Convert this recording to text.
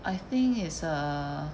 I think it's err